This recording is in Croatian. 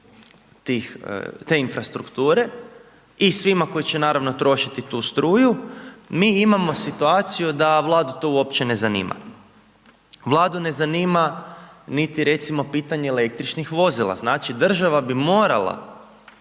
te infrastrukture i svima koji će naravno trošiti tu struju mi imamo situaciju da Vladu to uopće ne zanima. Vladu ne zanima niti recimo pitanje električnih vozila. Znači država bi morala